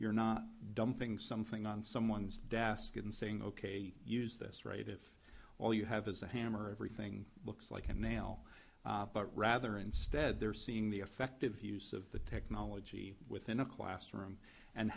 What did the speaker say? you're not dumping something on someone's desk and saying ok use this right if all you have is a hammer everything looks like a nail but rather instead they're seeing the effective use of the technology within a classroom and